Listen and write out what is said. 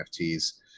NFTs